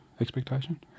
expectation